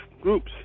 groups